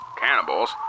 cannibals